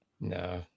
No